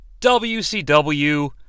WCW